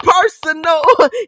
personal